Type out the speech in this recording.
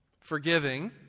forgiving